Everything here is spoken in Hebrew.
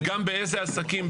גם באיזה עסקים,